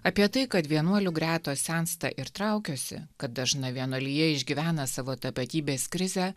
apie tai kad vienuolių gretos sensta ir traukiasi kad dažna vienuolija išgyvena savo tapatybės krizę